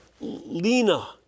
Lena